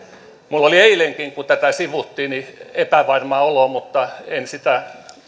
minulla oli eilenkin kun tätä sivuttiin epävarma olo mutta en sitä